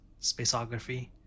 Spaceography